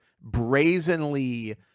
brazenly